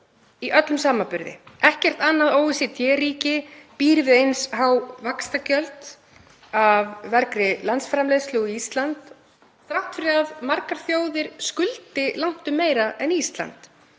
í öllum samanburði. Ekkert annað OECD-ríki býr við eins há vaxtagjöld af vergri landsframleiðslu og Ísland þrátt fyrir að margar þjóðir skuldi langtum meira en Ísland.